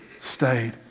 stayed